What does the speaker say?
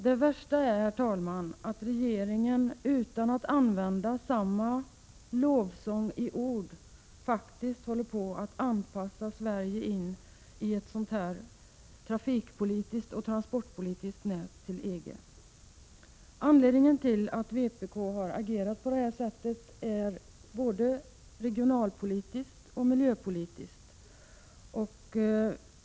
Det värsta är att regeringen, herr talman, utan att använda samma lovsång i ord, faktiskt håller på att anpassa Sverige till ett sådant här trafikoch transportpolitiskt nät inom EG. Anledningen till att vpk har agerat på detta sätt är både regionalpolitisk och miljöpolitisk.